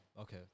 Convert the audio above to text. Okay